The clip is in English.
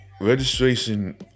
registration